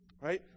right